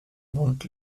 mund